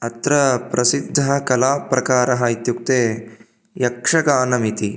अत्र प्रसिद्धः कलाप्रकारः इत्युक्ते यक्षगानमिति